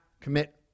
commit